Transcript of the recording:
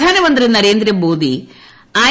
പ്രധാനമന്ത്രി നരേന്ദ്രമോദി ഐ